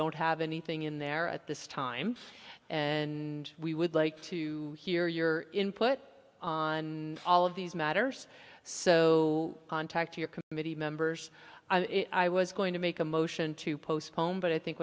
don't have anything in there at this time and we would like to hear your input on all of these matters so contact your committee members i was going to make a motion to postpone but i think